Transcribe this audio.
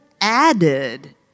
added